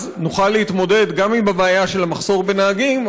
אז נוכל להתמודד גם עם הבעיה של המחסור בנהגים,